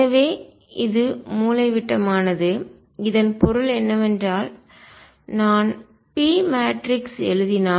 எனவே இது மூலைவிட்டமானது இதன் பொருள் என்னவென்றால் நான் p மேட்ரிக்ஸ் எழுதினால்